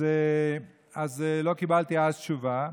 אז לא קיבלתי תשובה.